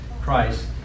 Christ